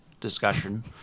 discussion